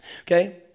Okay